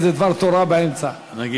כן, כן.